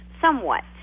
somewhat